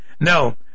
No